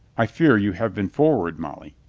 i fear you have been forward, molly.